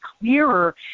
clearer